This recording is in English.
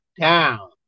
down